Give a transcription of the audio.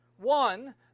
One